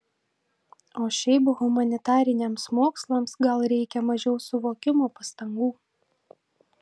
o šiaip humanitariniams mokslams gal reikia mažiau suvokimo pastangų